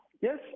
Yes